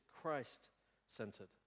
Christ-centered